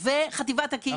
וחטיבת הקהילות.